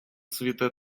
цвіте